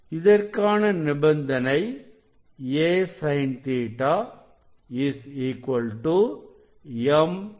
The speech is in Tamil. இதற்கான நிபந்தனை a sin Ɵ m λ